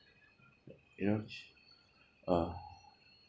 you know ch~ uh